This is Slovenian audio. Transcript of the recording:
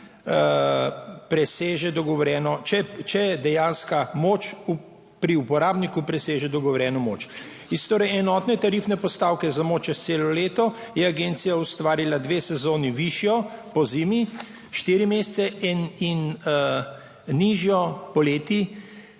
intervale, če dejanska moč pri uporabniku preseže dogovorjeno moč. Iz torej enotne tarifne postavke za moč čez celo leto je agencija ustvarila dve sezoni, višjo pozimi, štiri mesece, in nižjo poleti,